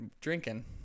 drinking